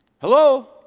Hello